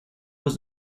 was